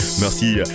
merci